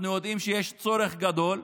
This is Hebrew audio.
אנחנו יודעים שיש צורך גדול,